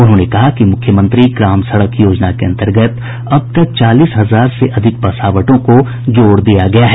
उन्होंने कहा कि मुख्यमंत्री ग्राम सड़क योजना के अंतर्गत अब तक चालीस हजार से अधिक बसावटों को जोड़ दिया गया है